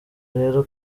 rero